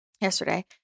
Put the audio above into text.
yesterday